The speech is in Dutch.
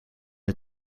het